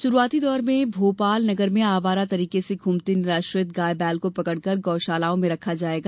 शुरूआती दौर में भोपाल नगर में आवारा तरीके से घूमते निराश्रित गाय बैल को पकड़कर गौ शाला में रखा जायेगा